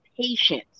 patience